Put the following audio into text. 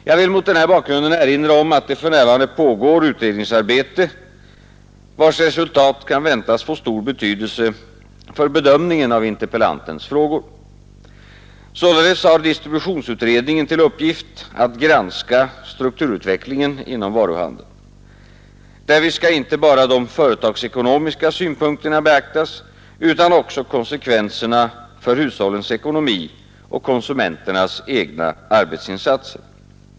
Jag vill mot denna bakgrund erinra om att det för närvarande pågår utredningsarbete, vars resultat kan väntas få stor betydelse för bedömningen av interpellantens frågor. Sålunda har distributionsutredningen till uppgift att granska strukturutvecklingen inom varuhandeln. Därvid skall inte bara de företagsekonomiska synpunkterna beaktas utan även konsekvenserna för hushållens ekonomi och konsumenternas egna arbetsinsatser.